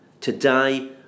Today